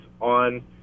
on